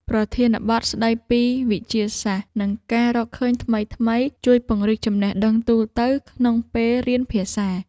ប្រធានបទស្ដីពីវិទ្យាសាស្ត្រ និងការរកឃើញថ្មីៗ ជួយពង្រីកចំណេះដឹងទូទៅក្នុងពេលរៀនភាសា។